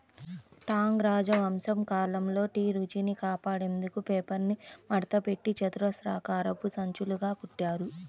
Tang రాజవంశం కాలంలో tea రుచిని కాపాడేందుకు పేపర్ను మడతపెట్టి చతురస్రాకారపు సంచులుగా కుట్టారు